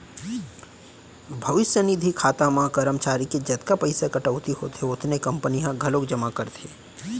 भविस्य निधि खाता म करमचारी के जतका पइसा कटउती होथे ओतने कंपनी ह घलोक जमा करथे